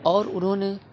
اور اُنہوں نے